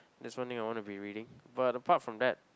that's one thing I wanna be reading but apart from that